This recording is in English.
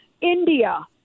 India